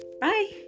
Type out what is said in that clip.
bye